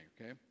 okay